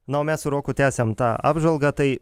na o mes su roku tęsiam tą apžvalgą tai